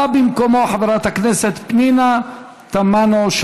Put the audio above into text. באה במקומו חברת הכנסת פנינה תמנו-שטה.